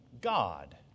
God